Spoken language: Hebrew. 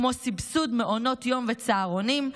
כמו סבסוד מעונות יום וצהרונים,